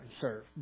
serve